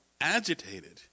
agitated